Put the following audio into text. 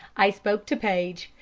i spoke to paige.